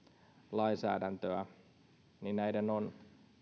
lainsäädäntöä ja näiden on